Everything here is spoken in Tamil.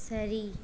சரி